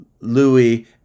Louis